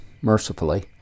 mercifully